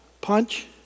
punch